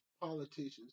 politicians